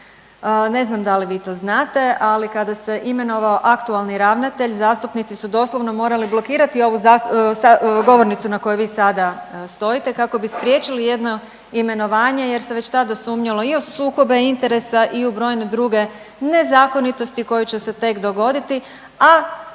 ne znam da li vi to znate, ali kada se imenovao aktualni ravnatelj zastupnici su doslovno morali blokirati ovu govornicu na kojoj vi sada stojite kako bi spriječili jedno imenovanje jer se već tada sumnjalo i u sukobe interesa i u brojne druge nezakonitosti koje će se tek dogoditi, a